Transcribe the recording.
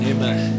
Amen